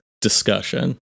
discussion